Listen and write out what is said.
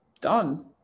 Done